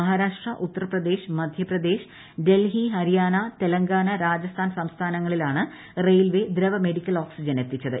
മഹാരാഷ്ട്ര ഉത്തർപ്രദേശ് മധ്യപ്രദേശ് ഡൽഹി ഹരിയാന തെലങ്കാന രാജസ്ഥാൻ സംസ്ഥാനങ്ങളിലാണ് റെയിൽവേ ദ്രവ medical oxygen എത്തിച്ചത്